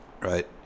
right